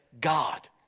God